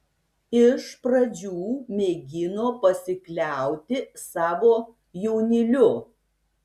iš pradžių mėgino pasikliauti savo jaunyliu